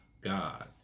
God